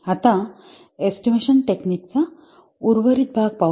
आता estimation technique चा उर्वरित भाग पाहू